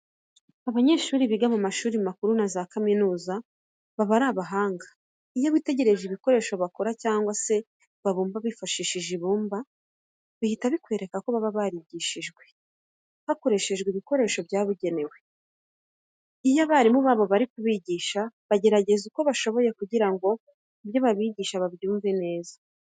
Abanyeshuri biga mu mashuri makuru na za kaminuza baba ari abahanga. Iyo witegereje ibikoresho bakora cyangwa se babumba bifashishije ibumba, bihita bikwereka ko baba barigishijwe hakoreshejwe ibikoresho byabugenewe. Iyo abarimu babo bari kubigisha bagerageza uko bashoboye kugira ngo ibyo babigisha babyumve neza.